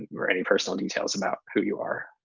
or any personal details about who you are.